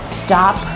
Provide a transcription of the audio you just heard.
stop